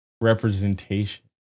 Representation